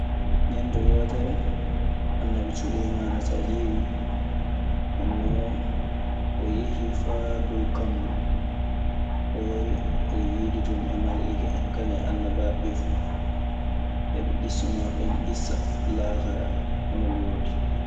Ñennde wootere Annabi suleymaana so a ƴeewii ɗun. Nden noon o yehii faa dow kammo o wari. O yiidi ton e mala'ika en kañun e annabaaɓe ɓee fuf. Eɓe ŋissanoo ɓen ŋissa laakara hono woordi.